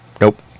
Nope